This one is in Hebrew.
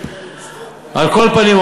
על כל פנים,